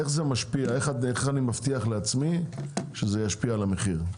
איך אני מבטיח לעצמי שזה ישפיע על המחיר,